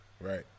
Right